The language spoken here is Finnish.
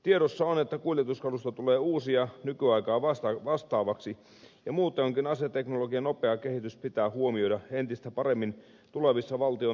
tiedossa on että kuljetuskalusto tulee uusia nykyaikaa vastaavaksi ja muutoinkin aseteknologian nopea kehitys pitää huomioida entistä paremmin tulevissa valtion talousarvioissa